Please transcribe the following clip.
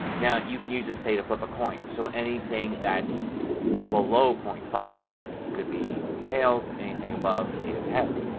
now you can use this say to flip a coin. so anything that's below point five could be tails. anything above is heads.